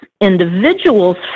individuals